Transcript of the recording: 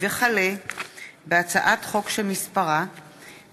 הצעת חוק לתיקון